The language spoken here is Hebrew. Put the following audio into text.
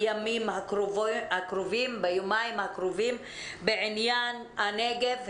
ביומיים הקרובים בעניין הנגב,